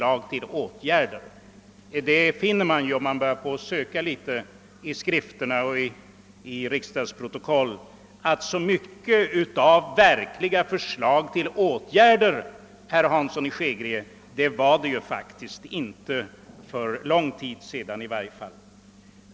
Om man börjar söka litet i riksdagsprotokollen, finner man, herr Hansson i Skegrie, att det faktiskt inte har rört sig om så mycket av verkliga förslag till åtgärder, i varje fall inte längre tillbaka.